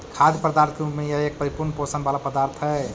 खाद्य पदार्थ के रूप में यह एक परिपूर्ण पोषण वाला पदार्थ हई